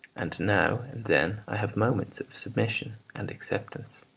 and now and then i have moments of submission and acceptance.